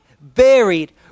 buried